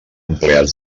empleats